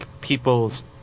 people's